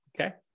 Okay